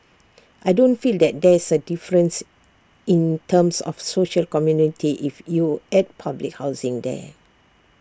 I don't feel that there's A difference in terms of social community if you add public housing there